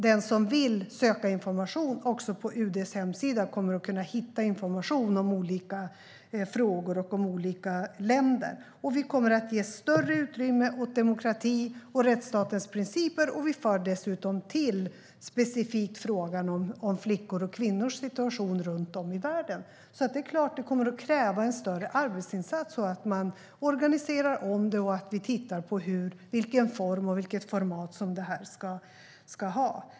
Den som vill söka information i olika frågor och om olika länder kommer att kunna hitta sådan på UD:s hemsida. Vi kommer att ge större utrymme åt demokrati och rättsstatens principer, och vi tillför dessutom specifikt frågan om flickors och kvinnors situation runt om i världen. Det är klart att det kommer att kräva en större arbetsinsats; det krävs att vi organiserar om det hela och tittar på vilken form och vilket format det ska ha.